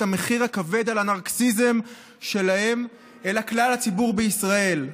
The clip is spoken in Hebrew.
המחיר הכבד על הנרקיסיזם שלהם אלא כלל הציבור בישראל.